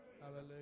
Hallelujah